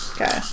Okay